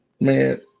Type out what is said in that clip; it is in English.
man